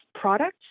product